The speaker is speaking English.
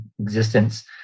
existence